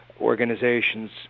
Organizations